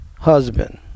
husband